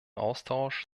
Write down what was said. austausch